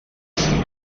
missatges